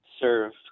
serve